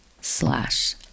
slash